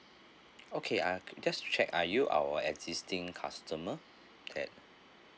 okay ah just check are you our existing customer that